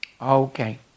Okay